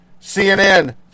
CNN